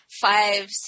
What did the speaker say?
five